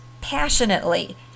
passionately